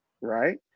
right